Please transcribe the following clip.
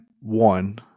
one